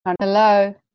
Hello